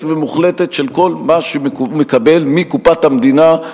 ומוחלטת של כל מה שהוא מקבל מקופת המדינה,